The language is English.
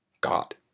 God